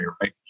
right